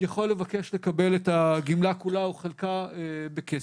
יכול לבקש לקבל את הגמלה כולה או חלקה בכסף.